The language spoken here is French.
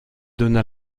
donna